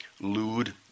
lewd